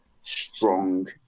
strong